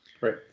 Right